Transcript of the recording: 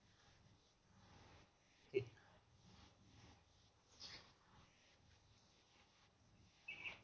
eh